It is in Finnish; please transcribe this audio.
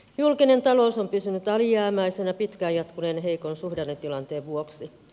julkinen talous on pysynyt alijäämäisenä pitkään jatkuneen heikon suhdannetilanteen vuoksi